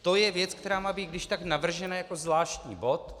To je věc, která má být když tak navržena jako zvláštní bod.